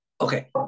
Okay